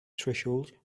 threshold